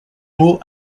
mot